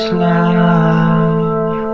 love